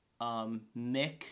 Mick